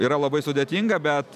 yra labai sudėtinga bet